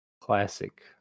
classic